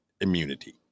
immunity